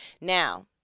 Now